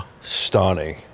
stunning